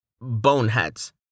boneheads